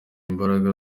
imbaraga